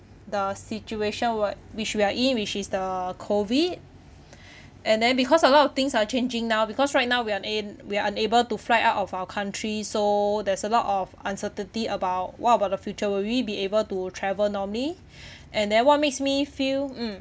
the situation what which we are in which is the COVID and then because a lot of things are changing now because right now we're in we're unable to fly out of our country so there's a lot of uncertainty about what about the future will we be able to travel normally and then what makes me feel mm